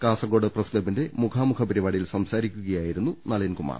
Kasaragod press ക്ലബ്ബിന്റെ മുഖാമുഖം പരിപാടിയിൽ സംസാരിക്കുകയായിരുന്നു നളിൻകുമാർ